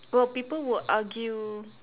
well people would argue